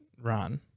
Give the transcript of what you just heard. run